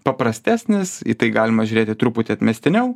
paprastesnis į tai galima žiūrėti truputį atmestiniau